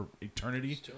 eternity